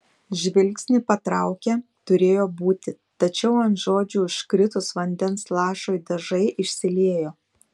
žvilgsnį patraukė turėjo būti tačiau ant žodžių užkritus vandens lašui dažai išsiliejo